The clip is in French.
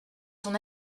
ton